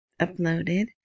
uploaded